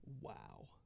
Wow